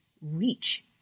reach